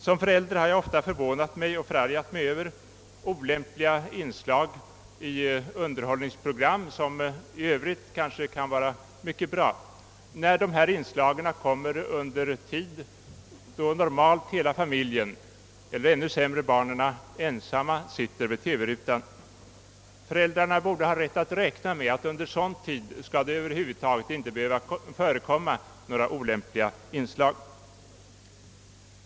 Som förälder har jag ofta förvånat och förargat mig över olämpliga inslag i underhållningsprogram, som i övrigt kan vara mycket goda, vid tidpunkter då normalt hela familjen eller — vilket är ännu värre — barnen ensamma sitter vid TV-rutan. Föräldrarna borde ha rätt att räkna med att det under sådan tid över huvud taget inte skall behöva förekomma några olämpliga inslag.